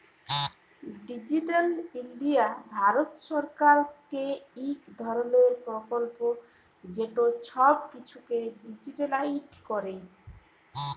digital India Bharat সরকারেরলে ইক ধরলের পরকল্প যেট ছব কিছুকে ডিজিটালাইস্ড ক্যরে